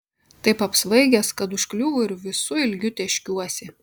taip apsvaigęs kad užkliūvu ir visu ilgiu tėškiuosi